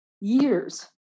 years